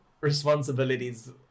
responsibilities